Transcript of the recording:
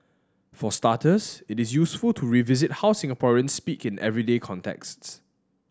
for starters it is useful to revisit how Singaporeans speak in everyday contexts